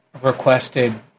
requested